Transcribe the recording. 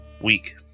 week